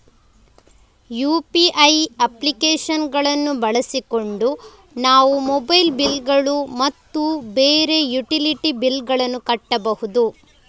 UPI application ಗಳನ್ನು ಬಳಸಿಕೊಂಡು ನಾವು ಮೊಬೈಲ್ ಬಿಲ್ ಗಳು ಮತ್ತು ಬೇರೆ ಯುಟಿಲಿಟಿ ಬಿಲ್ ಗಳನ್ನು ಕಟ್ಟಬಹುದು